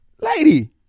Lady